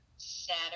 Saturday